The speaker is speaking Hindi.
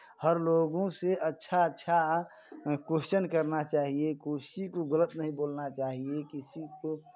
हर लोगों से अच्छा अच्छा क्वेशचन करना चाहिए किसी को गलत नहीं बोलना चाहिए किसी को